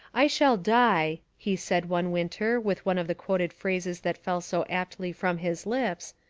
i shall die, he said one winter with one of the quoted phrases that fell so aptly from his lips,